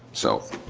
so